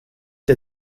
der